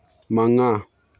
ꯃꯉꯥ